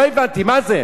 לא הבנתי, מה זה?